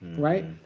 right?